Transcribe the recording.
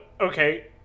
okay